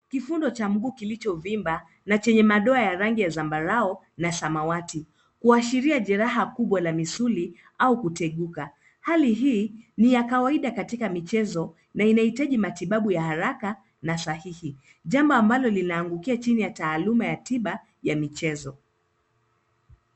Kigundo cha mguu kilichovimba na chenye madoa ya rangi ya zambarau na samawati kuashiria jeraha kubwa la misuli au kuteguka. Hali hii ni ya kawaida katika michezo na inahitaji matibabu ya haraka na sahihi, jambo ambalo linaangukia chini ya taaluma ya tiba ya michezo.